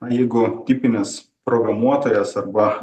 jeigu tipinis programuotojas arba